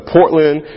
Portland